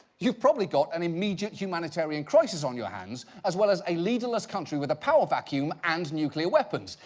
you've probably got an immediate humanitarian crisis on your hands, as well as a leaderless country with a power vacuum and nuclear weapons.